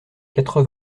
quatre